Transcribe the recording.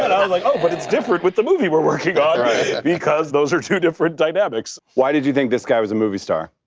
i was like, oh, but it's different with the movie we're working on because those are two different dynamics. why did you think this guy was a movie star?